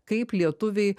kaip lietuviai